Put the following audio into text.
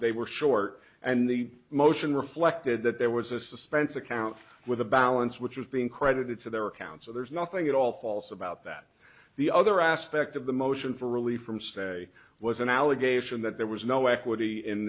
they were short and the motion reflected that there was a suspense account with the balance which is being credited to their account so there is nothing at all false about that the other aspect of the motion for relief from say was an allegation that there was no equity in